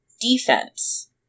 defense